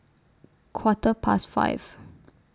Quarter Past five